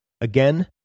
Again